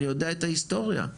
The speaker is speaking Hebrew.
אני יודעת את ההיסטוריה,